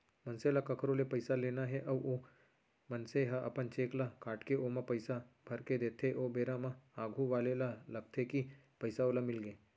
मनसे ल कखरो ले पइसा लेना हे अउ ओ मनसे ह अपन चेक ल काटके ओमा पइसा भरके देथे ओ बेरा म आघू वाले ल लगथे कि पइसा ओला मिलगे